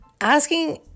Asking